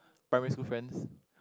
primary school friends